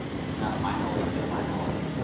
this is not a minority within a minority,